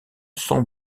sans